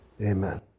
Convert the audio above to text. Amen